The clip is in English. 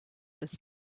this